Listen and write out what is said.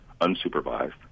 unsupervised